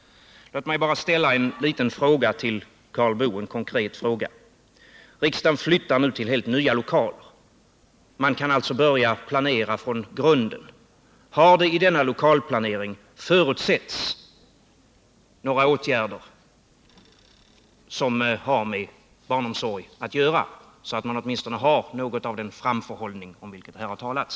Låt mig bara ställa en konkret fråga till Karl Boo. Riksdagen flyttar nu till helt nya lokaler. Man kan alltså börja planera från grunden. Har det i denna lokalplanering förutsetts några åtgärder som har med barnomsorg att göra, så att man åtminstone har något av den framförhållning om vilken här har talats?